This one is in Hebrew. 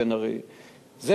כתבי אישום?